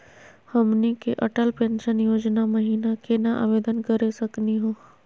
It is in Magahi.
हमनी के अटल पेंसन योजना महिना केना आवेदन करे सकनी हो?